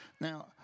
Now